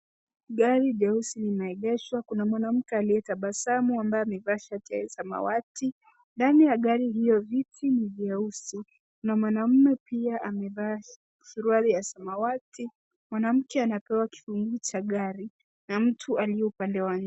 Gari jeusi limeegeshwa. Kuna mwanamke aliyetabasamu ambaye amevaa shati ya samawati. Ndani ya gari hiyo viti ni vyeusi na mwanaume pia amevaa suruali ya samawati. Mwanamke anapewa kifunguo cha gari na mtu aliye upande wa nje.